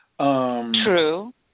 True